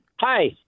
Hi